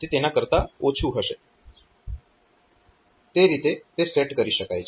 તે તેના કરતાં ઓછું હશે તે રીતે તે સેટ કરી શકાય